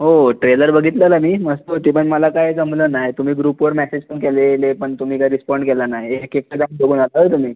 हो ट्रेलर बघितलेला मी मस्त होती पण मला काही जमलं नाही तुम्ही ग्रुपवर मॅसेज पण केलेले पण तुम्ही काय रिस्पॉन्ड केला नाही एक एकटं जाऊन बघून आला होय तुम्ही